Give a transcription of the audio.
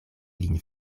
lin